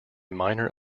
minor